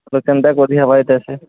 ଆଉ କେନ୍ତା କରିହେବା ଇଟା ସେ